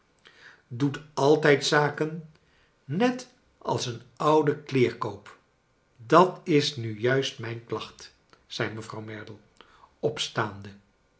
doet kleine dorrit altijd zaken net als een oucie kleerkoop dat is nu juist mijn klacht i zei mevrouw merdle opstaande